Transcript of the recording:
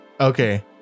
Okay